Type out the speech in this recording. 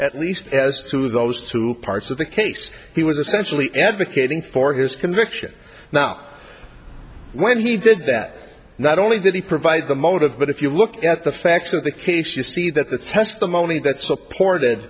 at least as to those two parts of the case he was essentially advocating for his convictions now when he did that not only did he provide the motive but if you look at the facts of the case you see that the testimony that supported